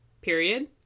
Period